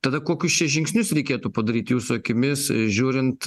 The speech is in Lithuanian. tada kokius čia žingsnius reikėtų padaryt jūsų akimis žiūrint